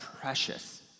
precious